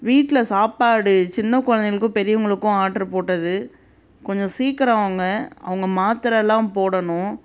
வீட்டில் சாப்பாடு சின்ன கொழந்தைகளுக்கும் பெரியவர்களுக்கும் ஆட்ரு போட்டது கொஞ்சம் சீக்கிரம் வாங்க அவங்க மாத்திரலாம் போடணும்